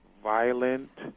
violent